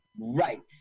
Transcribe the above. Right